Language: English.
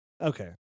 Okay